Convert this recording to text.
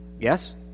Yes